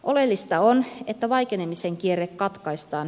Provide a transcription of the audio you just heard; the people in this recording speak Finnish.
oleellista on että vaikenemisen kierre katkaistaan